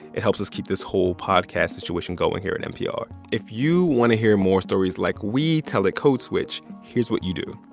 it helps us keep this whole podcast situation going here at npr. if you want to hear more stories like we tell at code switch, here's what you do.